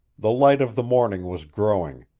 the light of the morning was growing.